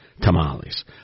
tamales